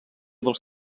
dels